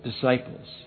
disciples